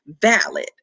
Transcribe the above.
valid